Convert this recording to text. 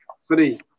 three